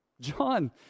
John